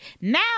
Now